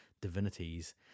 divinities